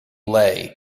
lay